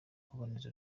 kuboneza